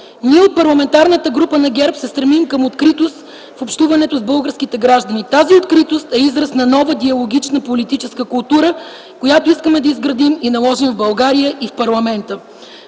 Ние от Парламентарната група на ГЕРБ се стремим към откритост в общуването с българските граждани. Тази откритост е израз на нова диалогична политическа култура, която искаме да изградим и наложим в България и в парламента.